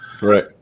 right